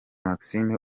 maxime